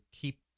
keep